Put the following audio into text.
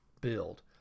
build